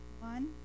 One